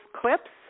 clips